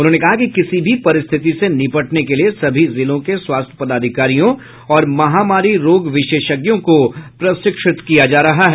उन्होंने कहा कि किसी भी परिस्थिति से निपटने के लिए सभी जिलों के स्वास्थ्य पदाधिकारियों और महामारी रोग विशेषज्ञों को प्रशिक्षित किया जा रहा है